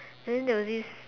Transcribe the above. then there was this